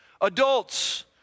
Adults